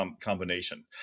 combination